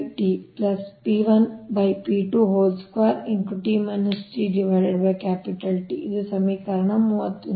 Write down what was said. LLF ಸರಳೀಕರಣದ ನಂತರ ಇದು ಸಮೀಕರಣ 31